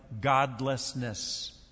godlessness